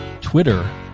Twitter